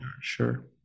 sure